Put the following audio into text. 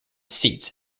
seats